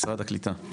משרד הקליטה.